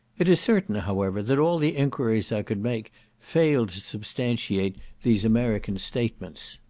it is certain, however, that all the enquiries i could make failed to substantiate these american statements.